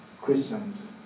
Christians